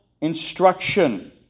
instruction